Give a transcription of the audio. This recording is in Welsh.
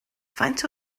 faint